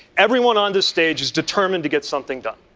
everyone on the stage is determined to get something done.